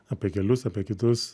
apie kelius apie kitus